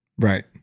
Right